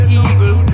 evil